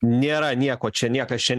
nėra nieko čia niekas čia